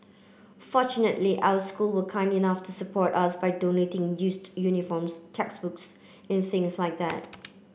fortunately our school were kind enough to support us by donating used uniforms textbooks and things like that